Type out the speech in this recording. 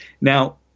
Now